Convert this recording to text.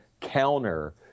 counter